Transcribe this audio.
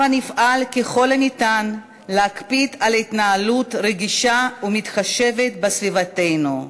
הבה נפעל ככל הניתן להקפיד על התנהלות רגישה ומתחשבת בסביבתנו.